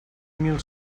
mil